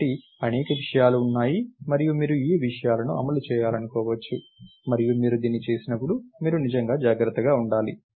కాబట్టి అనేక విషయాలు ఉన్నాయి మరియు మీరు ఈ విషయాలను అమలు చేయాలనుకోవచ్చు మరియు మీరు దీన్ని చేసినప్పుడు మీరు నిజంగా జాగ్రత్తగా ఉండాలి